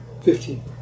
Fifteen